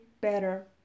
better